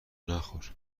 نخور